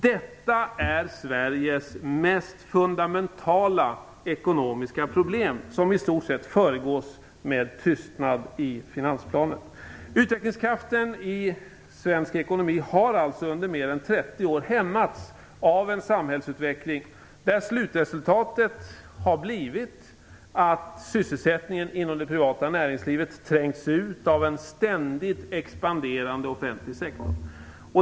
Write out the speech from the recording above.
Detta är Sveriges fundamentala ekonomiska problem, och det förbigås i stort sett med tystnad i finansplanen. Utvecklingskraften i den svenska ekonomin har alltså under mer än 30 år hämmats av en samhällsutveckling där slutresultatet har blivit att sysselsättningen inom det privata näringslivet har trängts ut av en ständigt expanderande offentlig sektor.